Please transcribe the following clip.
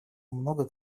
много